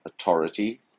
authority